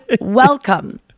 welcome